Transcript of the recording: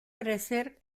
crecer